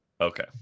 Okay